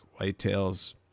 whitetails